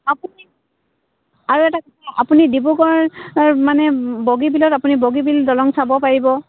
আপুনি আৰু এটা কৰিব আপুনি ডিব্ৰুগড় মানে বগীবিলত আপুনি বগীবিল দলং চাব পাৰিব